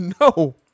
No